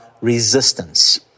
resistance